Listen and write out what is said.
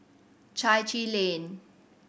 Chai Chee Lane